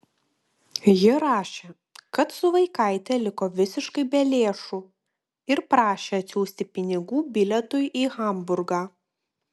ji rašė kad su vaikaite liko visiškai be lėšų ir prašė atsiųsti pinigų bilietui į hamburgą